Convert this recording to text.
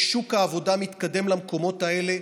כי שוק העבודה מתקדם למקומות האלה,